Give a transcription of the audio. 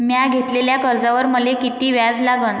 म्या घेतलेल्या कर्जावर मले किती व्याज लागन?